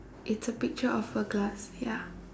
it's a picture of a glass ya